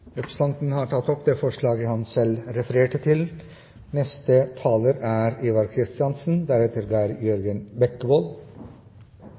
Representanten Svein Flåtten har tatt opp det forslaget han refererte til. Det er,